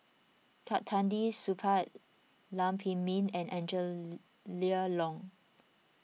Supaat Lam Pin Min and Angela Liong